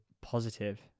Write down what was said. positive